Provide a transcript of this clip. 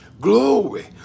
Glory